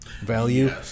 value